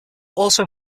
also